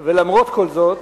ולמרות כל זאת,